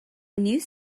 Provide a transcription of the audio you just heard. news